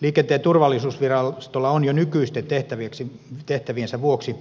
liikenteen turvallisuusvirastolla on nykyisten tehtäviensä vuoksi jo